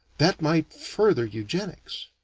that might further eugenics.